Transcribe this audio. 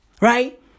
Right